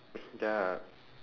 ya